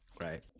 Right